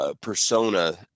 persona